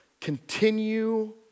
Continue